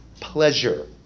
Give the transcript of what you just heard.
pleasure